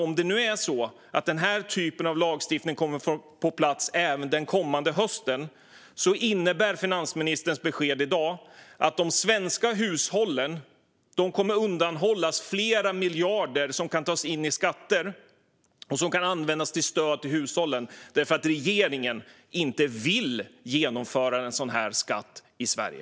Om den typen av lagstiftning kommer på plats även den kommande hösten innebär finansministerns besked i dag att de svenska hushållen kommer att undanhållas flera miljarder som kan tas in i skatter och som kan användas till stöd till hushållen därför att regeringen inte vill genomföra en sådan skatt i Sverige.